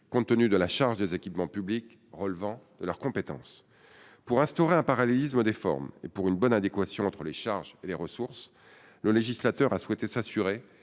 compte tenu de la charge des équipements publics relevant de leur compétence. Pour instaurer un parallélisme des formes et pour une bonne adéquation entre les charges et les ressources, le législateur a souhaité s'assurer